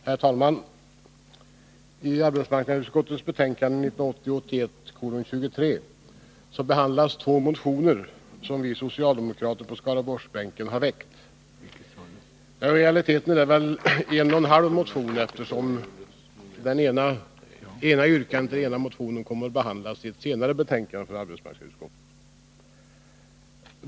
Herr talman! I arbetsmarknadsutskottets betänkande 1980/81:23 behandlas två motioner som vi socialdemokrater på Skaraborgsbänken har väckt. I realiteten är det väl en och en halv motion, eftersom yrkande 2 i den ena motionen kommer att behandlas i ett senare betänkande från arbetsmarknadsutskottet.